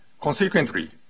Consequently